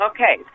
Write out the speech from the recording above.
Okay